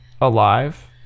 alive